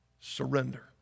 Surrender